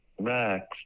max